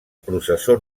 processó